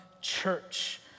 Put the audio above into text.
church